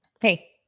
Hey